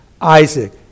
Isaac